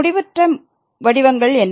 முடிவற்ற வடிவங்கள் என்ன